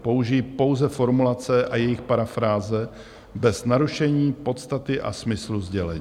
Použiji pouze formulace a jejich parafráze bez narušení podstaty a smyslu sdělení.